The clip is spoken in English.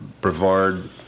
brevard